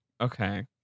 Okay